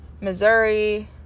Missouri